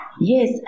Yes